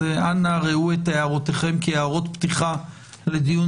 אז אנא ראו את הערותיכם כהערות פתיחה לדיון